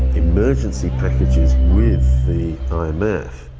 emergency packages with the ah um imf.